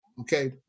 Okay